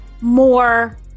more